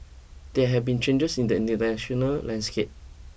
there have been changes in the international landscape